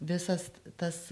visas tas